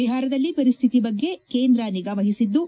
ಬಿಹಾರದಲ್ಲಿ ಪರಿಸ್ಥಿತಿ ಬಗ್ಗೆ ಕೇಂದ್ರ ನಿಗಾ ವಹಿಸಿದ್ದು